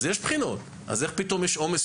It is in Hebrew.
יש בחינות, אז איך פתאום יש יותר עומס?